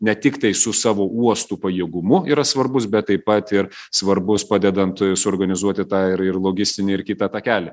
ne tiktai su savo uostų pajėgumu yra svarbus bet taip pat ir svarbus padedant suorganizuoti tą ir ir logistinį ir kitą takelį